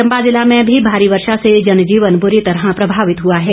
चम्बा जिला में भी भारी वर्षा से जनजीवन बुरी तरह प्रभावित हुआ है